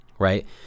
right